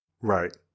Right